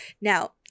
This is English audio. Now